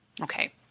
Okay